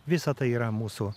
visa tai yra mūsų